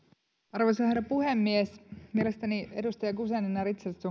arvoisa herra puhemies mielestäni edustaja guzenina